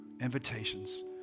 invitations